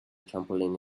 trampoline